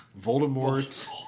Voldemort